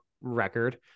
record